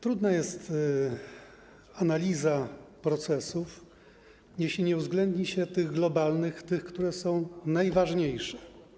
Trudna jest analiza procesów, jeśli nie uwzględni się tych globalnych, tych, które są najważniejsze.